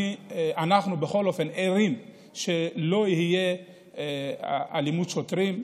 אנחנו ערים לכך שלא תהיה אלימות שוטרים.